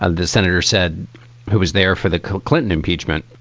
ah the senator said he was there for the clinton impeachment,